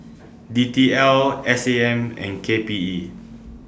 D T L S A M and K P E